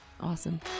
Awesome